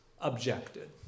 objected